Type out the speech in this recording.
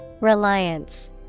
Reliance